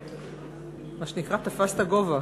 מה שנקרא, תפסת גובה.